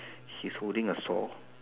he's holding a saw